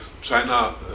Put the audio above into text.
China